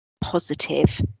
positive